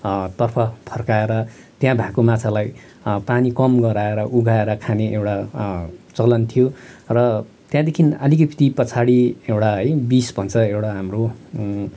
तर्फ फर्काएर त्यहाँ भएको माछालाई पानी कम गराएर उगाएर खाने एउटा चलन थियो र त्यहाँदेखि अलिकति पछाडि एउटा है बिष भनिन्छ एउटा हाम्रो